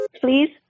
please